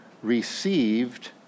received